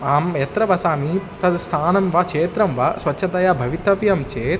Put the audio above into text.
आम् यत्र वसामि तद् स्थानं वा क्षेत्रं वा स्वच्छतया भवितव्यं चेत्